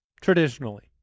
traditionally